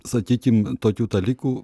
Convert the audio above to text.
sakykim tokių dalykų